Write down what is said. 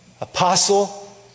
apostle